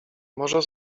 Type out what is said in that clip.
może